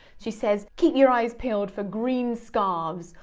she says, keep your eyes peeled for green scarves,